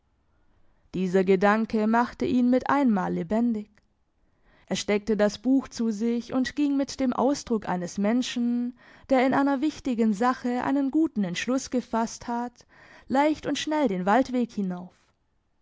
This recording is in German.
dieser gedanke machte ihn mit einmal lebendig er steckte das buch zu sich und ging mit dem ausdruck eines menschen der in einer wichtigen sache einen guten entschluss gefasst hat leicht und schnell den waldweg hinauf